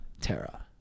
Terra